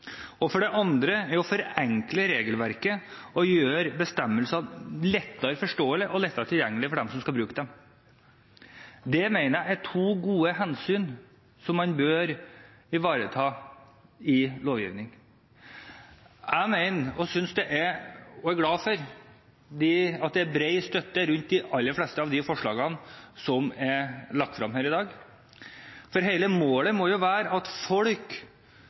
i arbeid. Det andre er å forenkle regelverket og gjøre bestemmelsene mer forståelige og lettere tilgjengelige for dem som skal bruke dem. Det mener jeg er to gode hensyn som man bør ivareta i lovgivning. Jeg er glad for at det er bred støtte til de aller fleste av de forslagene som er lagt frem her i dag, for hele målet jo være at folk